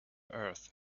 earth